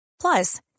Plus